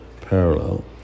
parallel